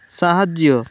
ସାହାଯ୍ୟ